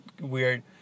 weird